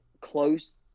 close